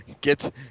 get